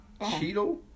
Cheeto